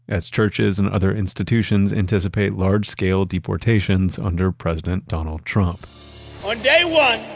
as churches and other institutions anticipate large scale deportations under president donald trump on day one,